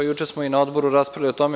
Juče smo i na Odboru raspravljali o tome.